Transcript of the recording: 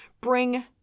bring